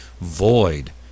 void